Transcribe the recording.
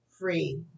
free